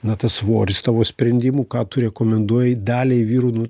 na tas svoris tavo sprendimų ką tu rekomenduoji daliai vyrų nu